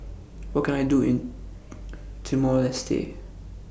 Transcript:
What Can I Do in Timor Leste